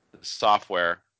software